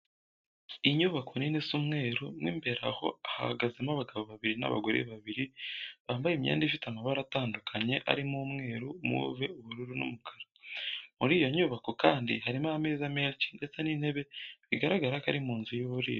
Inyubako nini isa umweru mo imbere, aho hahagazemo abagabo babiri n'abagore babiri bambaye imyenda ifite amabara atandukanye arimo umweru, move, ubururu n'umukara. Muri iyo nyubako kandi harimo ameza menshi ndetse n'intebe, bigaragara ko ari mu nzu y'uburiro.